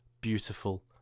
beautiful